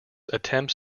attempts